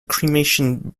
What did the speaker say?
cremation